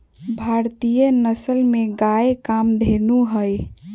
भारतीय नसल में गाय कामधेनु हई